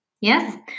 Yes